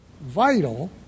vital